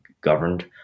governed